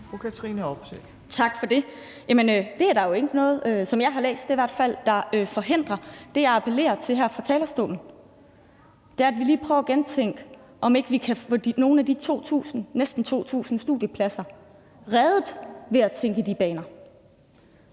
det er der ikke noget som jeg i hvert fald har læst der forhindrer. Det, jeg appellerer til her fra talerstolen, er, at vi lige prøver at gentænke, om ikke vi kan få nogen af de næsten 2.000 studiepladser reddet ved at tænke i de baner.